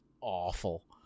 awful